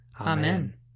Amen